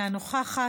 אינה נוכחת,